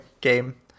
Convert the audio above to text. game